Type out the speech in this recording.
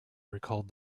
recalled